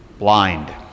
Blind